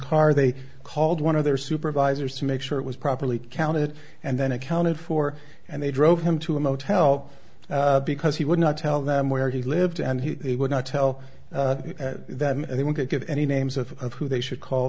car they called one of their supervisors to make sure it was properly counted and then accounted for and they drove him to a motel because he would not tell them where he lived and he would not tell that they would get any names of who they should call